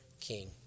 king